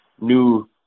new